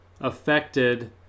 affected